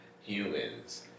humans